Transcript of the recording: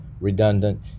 redundant